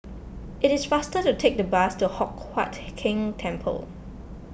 it is faster to take the bus to Hock Huat Keng Temple